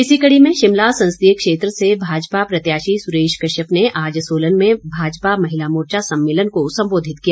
इसी कड़ी में शिमला संसदीय क्षेत्र से भाजपा प्रत्याशी सुरेश कश्यप ने आज सोलन में भाजपा महिला मोर्चा सम्मेलन को संबोधित किया